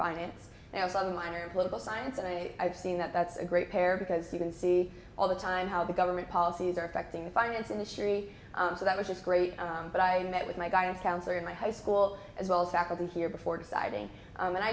finance and i was a minor in political science and i seen that that's a great pair because you can see all the time how the government policies are affecting the finance industry so that was just great but i met with my guidance counselor in my high school as well as faculty here before deciding and i